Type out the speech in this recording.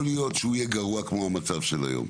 להיות שהוא יהיה גרוע כמו המצב של היום,